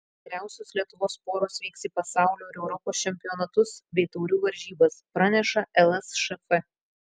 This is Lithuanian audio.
geriausios lietuvos poros vyks į pasaulio ir europos čempionatus bei taurių varžybas praneša lsšf